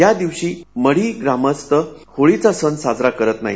या दिवशी मढी ग्रामस्थ होळीचा सण साजरा करत नाहीत